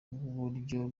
n’uburyo